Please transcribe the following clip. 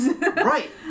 right